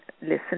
listen